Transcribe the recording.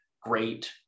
great